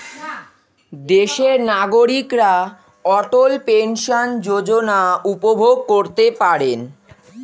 দেশের নাগরিকরা অটল পেনশন যোজনা উপভোগ করতে পারেন